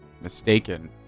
mistaken